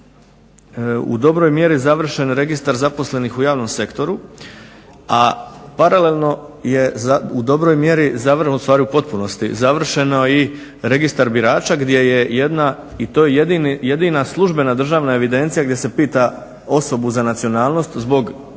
u dobroj mjeri završen Registar zaposlenih u javnom sektoru, a paralelno je u dobroj mjeri zapravo u potpunosti završen i Registar birača gdje je jedna, i to je jedina službena državna evidencija, gdje se pita osobu za nacionalnost zbog